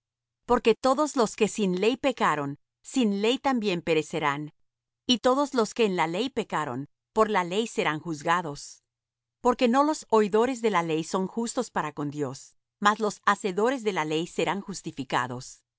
porque todos lo que sin ley pecaron sin ley también perecerán y todos los que en la ley pecaron por la ley serán juzgados porque no los oidores de la ley son justos para con dios mas los hacedores de la ley serán justificados